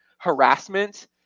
harassment